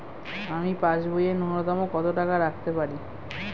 আমি পাসবইয়ে ন্যূনতম কত টাকা রাখতে পারি?